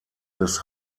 des